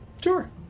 Sure